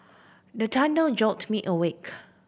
the thunder jolt me awake